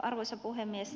arvoisa puhemies